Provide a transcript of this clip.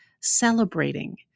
Celebrating